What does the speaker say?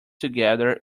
together